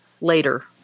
later